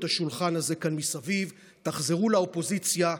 השולחן הזה כאן מסביב ותחזרו לאופוזיציה.